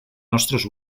nostres